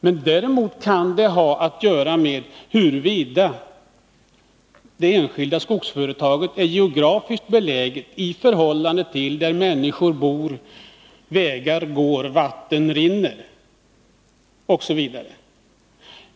Men däremot kan det ha att göra med hur det enskilda skogsföretaget är geografiskt beläget i förhållande till hur människor bor, vägar går och vatten rinner.